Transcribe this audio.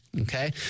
Okay